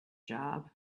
job